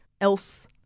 else